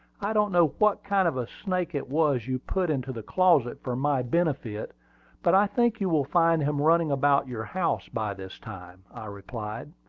i don't know what kind of a snake it was you put into the closet for my benefit but i think you will find him running about your house by this time, i replied.